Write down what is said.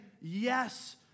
yes